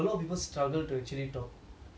in a in a in a group of people